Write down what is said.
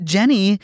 Jenny